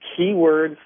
keywords